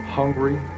hungry